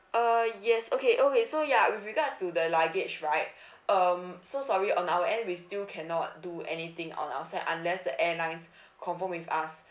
uh yes okay okay so ya with regards to the luggage right um so sorry on our end we still cannot do anything on our side unless the airlines confirm with us